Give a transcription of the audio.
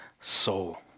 soul